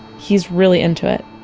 he's really into it.